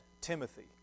Timothy